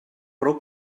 prou